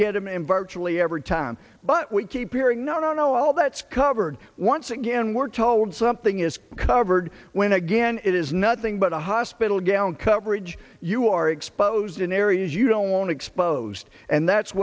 get him in virtually every time but we keep hearing no no no well that's covered once again we're told something is covered when again it is nothing but a hospital gown coverage you are exposed in areas you don't want to exposed and that's